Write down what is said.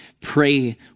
Pray